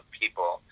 people